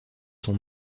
sont